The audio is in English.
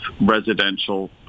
residential